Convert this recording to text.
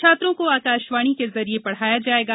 छात्रों को आकाशवाणी के जरिये पढाया जाएगा